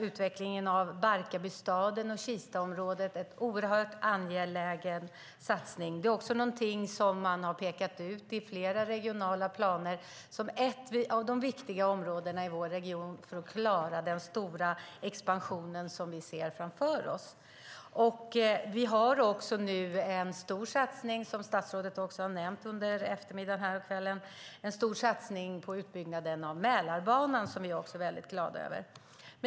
Utvecklingen av Barkarbystaden och Kistaområdet i norra Storstockholm är oerhört angelägen. Detta område har pekats ut i flera regionala planer som ett av de viktiga områdena för att klara den stora expansionen som finns framför oss. Det sker nu en stor satsning, som statsrådet har nämnt under eftermiddagen och kvällen, på utbyggnaden av Mälarbanan, som vi också är glada över.